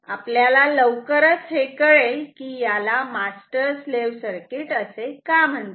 आपल्याला लवकरच हे कळेल की याला मास्तर स्लाव्ह सर्किट असे का म्हणतात